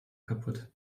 kaputt